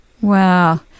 Wow